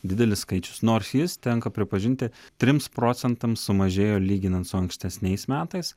didelis skaičius nors jis tenka pripažinti trims procentams sumažėjo lyginant su ankstesniais metais